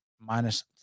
minus